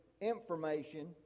information